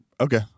Okay